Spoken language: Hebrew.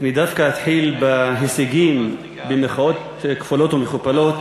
אני דווקא אתחיל ב"הישגים" במירכאות כפולות ומכופלות,